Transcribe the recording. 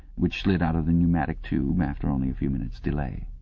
which slid out of the pneumatic tube after only a few minutes delay.